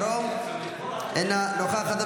אינה נוכחת.